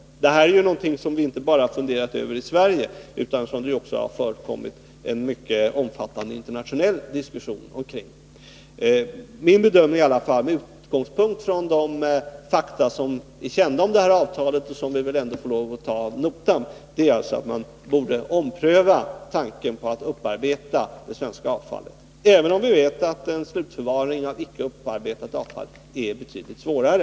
Detta Måndagen den är ju någonting som inte bara diskuterats i Sverige utan som också 24 november 1980 internationellt har varit föremål för en mycket omfattande diskussion. Min bedömning är alltså, med utgångspunkt från de fakta som är kända om Meddelande om det här avtalet och som vi väl ändå får ta ad notam, att man borde ompröva tanken på att upparbeta det svenska avfallet, även om vi vet att en slutförvaring av icke upparbetat avfall är betydligt svårare.